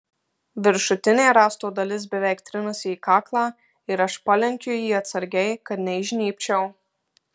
viršutinė rąsto dalis beveik trinasi į kaklą ir aš palenkiu jį atsargiai kad neįžnybčiau